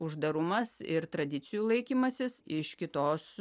uždarumas ir tradicijų laikymasis iš kitos